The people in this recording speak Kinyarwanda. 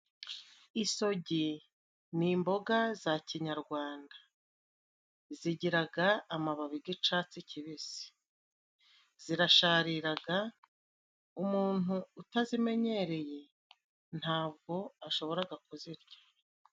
Isogi ni imboga za kinyarwanda zigiraga amababi g'icatsi kibisi zirashariraga umuntu utazimenyereye ntabwo ashoboraga kuzirya.